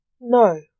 no